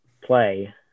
play